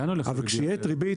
אבל כשיש ריבית,